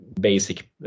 basic